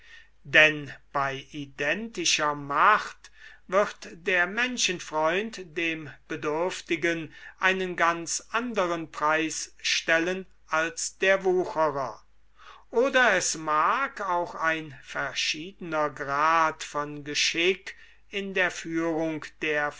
denn bei identischer macht wird der menschenfreund dem bedürftigen einen ganz anderen preis stellen als der wucherer oder es mag auch ein verschiedener grad von geschick in der führung der